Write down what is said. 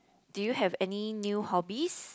do you have any new hobbies